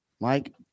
Mike